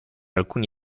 alcuni